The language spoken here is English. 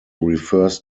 refers